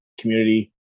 community